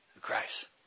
Christ